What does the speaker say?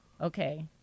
okay